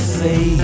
say